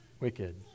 wicked